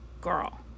Girl